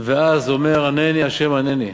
ואז הוא אומר: ענני, ה', ענני.